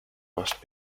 must